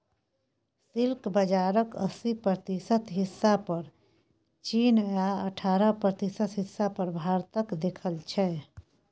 silk बजारक अस्सी प्रतिशत हिस्सा पर चीन आ अठारह प्रतिशत हिस्सा पर भारतक दखल छै